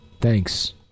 Thanks